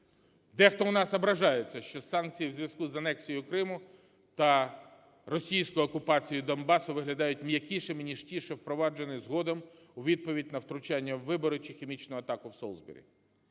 Дехто у нас ображається, що санкції в зв'язку з анексією Криму та російською окупацією Донбасу виглядають м'якішими ніж ті, що впроваджені згодом у відповідь на втручання в вибори чи хімічну атаку в Солсбері.